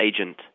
agent